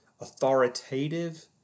authoritative